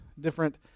different